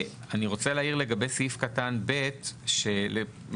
אני רוצה להעיר לגבי סעיף קטן ב' משהו